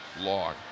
long